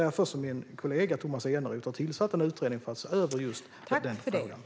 Därför har min kollega Tomas Eneroth tillsatt en utredning för att se över just denna fråga.